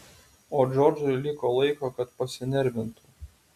o džordžui liko laiko kad pasinervintų